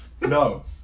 No